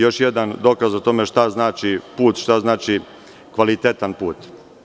Još jedan dokaz o tome šta znači put, šta znači kvalitetan put.